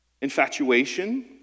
Infatuation